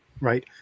Right